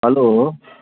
hello